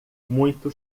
muito